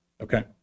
okay